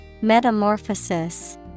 Metamorphosis